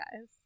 guys